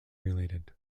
related